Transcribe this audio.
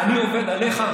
אני עובד עליך?